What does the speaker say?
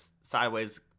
sideways